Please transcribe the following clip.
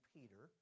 Peter